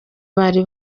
bari